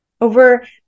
over